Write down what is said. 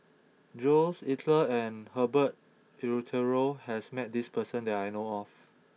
Jules Itier and Herbert Eleuterio has met this person that I know of